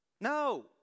No